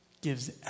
gives